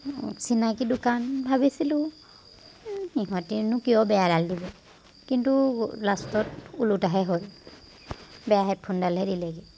চিনাকি দোকান ভাবিছিলোঁ ইহঁতেনো কিয় বেয়াডাল দিব কিন্তু লাষ্টত ওলোটাহে হ'ল বেয়া হেডফোনডালহে দিলেগৈ